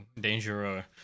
dangerous